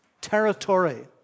territory